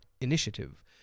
initiative